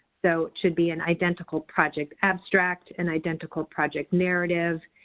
so it should be an identical project abstract, an identical project narrative,